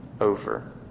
over